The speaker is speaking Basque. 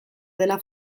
dela